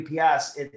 UPS